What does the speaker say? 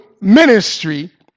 ministry